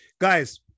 Guys